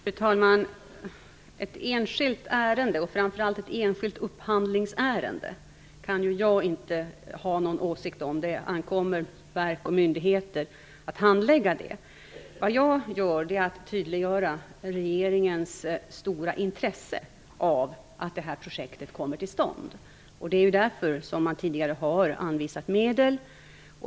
Fru talman! Ett enskilt ärende, och framför allt ett enskilt upphandlingsärende, kan jag inte ha någon åsikt om. Det ankommer på verk och myndigheter att handlägga det. Vad jag gör är att tydliggöra regeringens stora intresse av att projektet kommer till stånd. Det är därför man tidigare har anvisat medel.